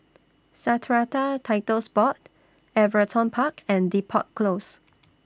Strata Titles Board Everton Park and Depot Close